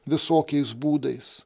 visokiais būdais